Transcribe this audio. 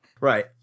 Right